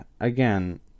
Again